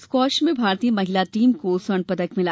squash में भारतीय महिला टीम को रजत पदक मिला